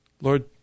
Lord